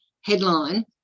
headline